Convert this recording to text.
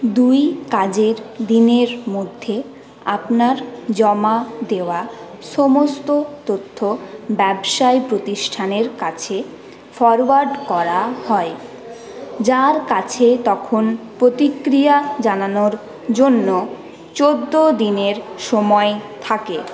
দুই কাজের দিনের মধ্যে আপনার জমা দেওয়া সমস্ত তথ্য ব্যবসায়ী প্রতিষ্ঠানের কাছে ফরয়ার্ড করা হয় যার কাছে তখন প্রতিক্রিয়া জানানোর জন্য চোদ্দো দিনের সময় থাকে